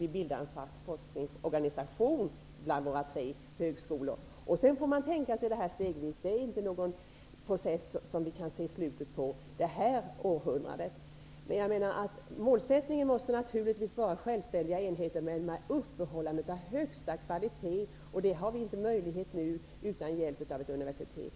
Vi bildar en fast forskningsorganisation bland våra tre högskolor. Sedan får man tänka sig detta stegvis. Det är inte någon process som vi kan se slutet på under detta århundrade. Målsättningen måste naturligtvis vara självständiga enheter med upprätthållande av högsta kvalitet. Detta har vi inte nu möjlighet att uppnå utan hjälp av ett universitet.